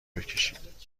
بکشید